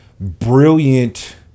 brilliant